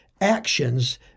actions